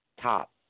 top